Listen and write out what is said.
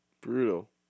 Brutal